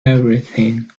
everything